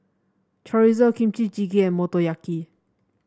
Chorizo Kimchi Jjigae and Motoyaki